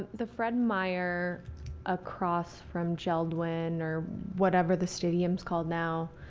the fred meyer across from jeld-wen or whatever the stadium is called now